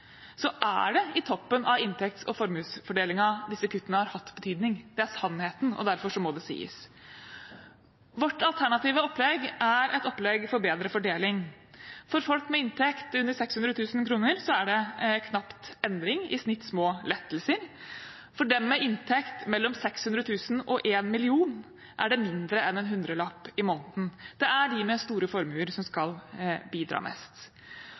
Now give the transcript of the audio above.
er det i toppen av inntekts- og formuesfordelingen disse kuttene har hatt betydning. Det er sannheten, og derfor må det sies. Vårt alternative opplegg er et opplegg for bedre fordeling. For folk med inntekt under 600 000 kr er det knapt endring, i snitt små lettelser. For dem med inntekt mellom 600 000 kr og 1 mill. kr er det mindre enn en hundrelapp i måneden. Det er de med store formuer som skal bidra mest.